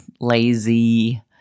lazy